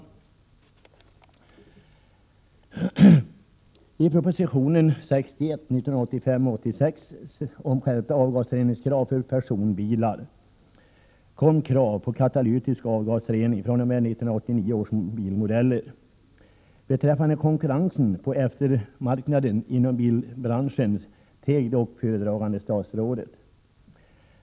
I propositionen 1985/86:61 om skärpta avgasreningskrav för personbilar kom krav på katalytisk avgasrening fr.o.m. 1989 års bilmodeller. Beträffande konkurrensen på eftermarknaden inom bilbranschen teg dock föredragande statsrådet.